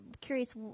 curious